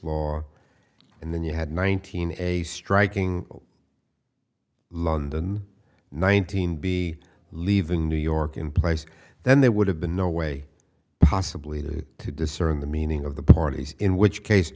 law and then you had one thousand a striking london nineteen be leaving new york in place then there would have been no way possibly to to discern the meaning of the parties in which case